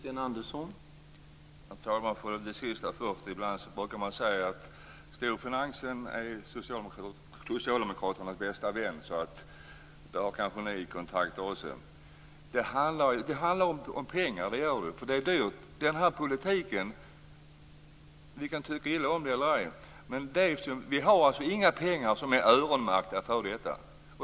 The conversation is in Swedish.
Herr talman! För att ta det sista först, brukar man ibland säga att storfinansen är Socialdemokraternas bästa vän, så där har kanske ni kontakter också. Det handlar om pengar. Det gör det ju. För det är dyrt. Ni kan tycka illa om det eller ej, men vi har alltså inga pengar som är öronmärkta för detta.